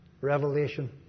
Revelation